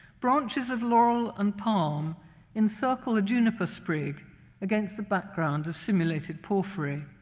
branches of laurel and palm encircle a juniper sprig against a background of simulated porphyry.